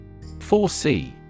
4c